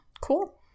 Cool